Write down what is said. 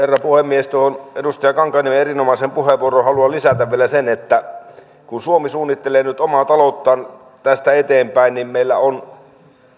puhemies tuohon edustaja kankaanniemen erinomaiseen puheenvuoroon haluan lisätä vielä sen että kun suomi suunnittelee nyt omaa talouttaan tästä eteenpäin niin meillä on